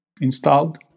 installed